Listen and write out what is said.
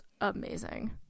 amazing